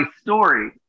story